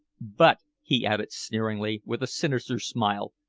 but, he added sneeringly, with a sinister smile,